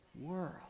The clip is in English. world